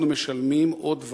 "אנחנו משלמים עוד ועוד,